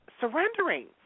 surrendering